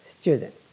student